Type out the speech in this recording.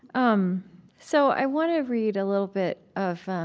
um so, i want to read a little bit of